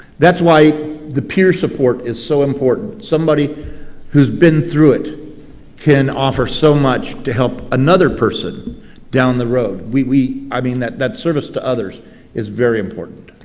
that's why the peer support is so important somebody who has been through it can offer so much to help another person down the road. i mean, that that service to others is very important.